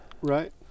Right